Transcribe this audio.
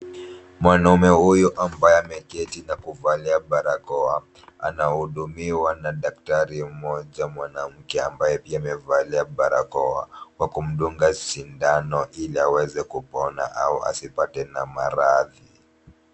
Mwanaume huyu ambaye ameketi na kuvalia barakoa anahudumiwa na daktari mmoja mwanamke ambaye pia amevalia barakoa, kwa kumdunga sindano ili aweze kupona au asipatwe na maradhi.